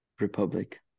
Republic